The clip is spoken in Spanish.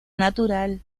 natural